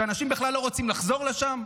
שאנשים בכלל לא רוצים לחזור לשם?